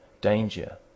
danger